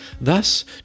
Thus